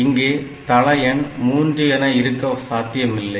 இங்கே தள எண் 3 என இருக்க சாத்தியமில்லை